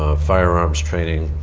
ah firearms training,